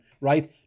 Right